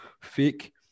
fake